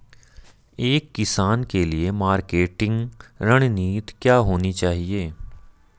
एक किसान के लिए मार्केटिंग रणनीति क्या होनी चाहिए?